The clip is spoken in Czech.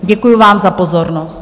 Děkuji vám za pozornost.